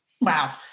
Wow